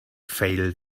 failed